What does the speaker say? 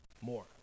more